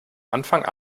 anfang